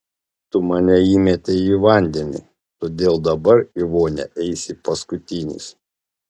tu mane įmetei į vandenį todėl dabar į vonią eisi paskutinis